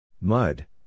Mud